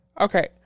Okay